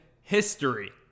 history